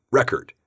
record